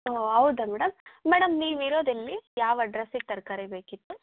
ಓ ಹೌದ madam madam ನೀವು ಇರೋದು ಎಲ್ಲಿ ಯಾವ ಅಡ್ರಸ್ಸಿಗೆ ತರಕಾರಿ ಬೇಕಿತ್ತು